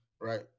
Right